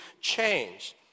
change